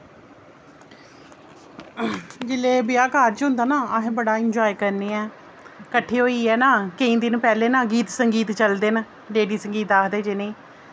जैल्लै ब्याह कार्ज होंदा ना अस बड़ा एन्जाय करने ऐं किट्ठे होइयै ना केईं दिन पैह्ले ना गीत संगीत चलदे न लेडी संगीत आखदे जि'नें